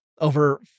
over